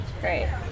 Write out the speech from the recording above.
Great